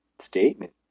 Statement